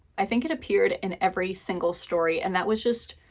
i think it appeared in every single story, and that was just,